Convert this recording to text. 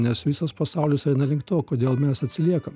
nes visas pasaulis eina link to kodėl mes atsiliekam